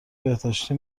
بهداشتی